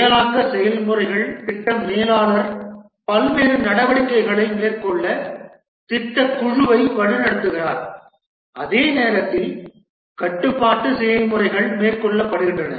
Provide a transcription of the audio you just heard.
செயலாக்க செயல்முறைகள் திட்ட மேலாளர் பல்வேறு நடவடிக்கைகளை மேற்கொள்ள திட்ட குழுவை வழிநடத்துகிறார் அதே நேரத்தில் கட்டுப்பாட்டு செயல்முறைகள் மேற்கொள்ளப்படுகின்றன